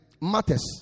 matters